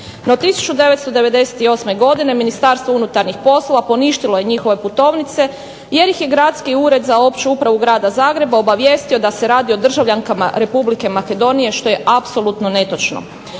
No, 1998. godine Ministarstvo unutarnjih poslova poništilo je njihove putovnice jer ih je Gradski ured za opću upravu Grada Zagreba obavijestio da se radi o državljankama Republike Makedonije što je apsolutno netočno.